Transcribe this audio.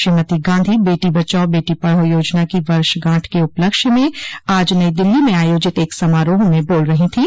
श्रीमती गांधी बेटी बचाओ बेटी पढ़ाओ योजना की वर्षगांठ के उपलक्ष्य में आज नई दिल्ली में आयोजित एक समारोह में बोल रही थीं